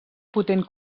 potent